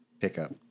pickup